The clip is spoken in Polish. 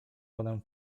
wodę